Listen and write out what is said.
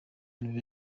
kanimba